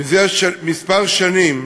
מזה כמה שנים